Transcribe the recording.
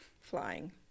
Flying